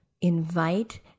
invite